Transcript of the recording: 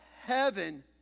heaven